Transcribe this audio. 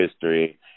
history